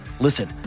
Listen